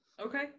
Okay